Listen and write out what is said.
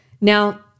Now